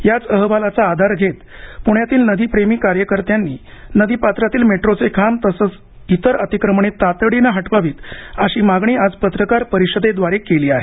याच अहवालाचा आधार घेत प्ण्यातील नदीप्रेमी कार्यकर्त्यांनी नदीपात्रातील मेट्रोचे खांब तसेच इतर अतिक्रमणे तातडीने हटवावीत अशी मागणी आज पत्रकार परिषदेद्वारे केली आहे